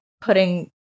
putting